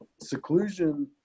seclusion